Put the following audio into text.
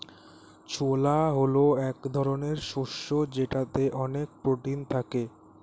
ছোলা হল এক ধরনের শস্য যেটাতে অনেক প্রোটিন থাকে